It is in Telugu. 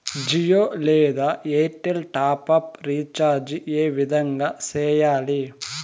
జియో లేదా ఎయిర్టెల్ టాప్ అప్ రీచార్జి ఏ విధంగా సేయాలి